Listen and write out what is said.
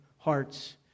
Hearts